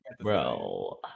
Bro